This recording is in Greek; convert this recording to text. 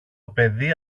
παιδί